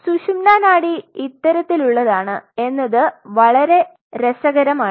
സുഷുമ്നാ നാഡി ഇത്തരത്തിലുള്ളതാണ് എന്നത് വളരെ രസകരമാണ്